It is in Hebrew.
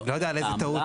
אני לא יודע על איזו טעות.